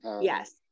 Yes